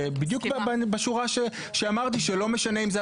בדיוק בשורה שאמרתי שלא משנה אם זו